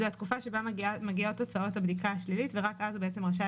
זו התקופה שבה מגיעות תוצאות הבדיקה השלילית ורק אז הוא רשאי